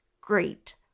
great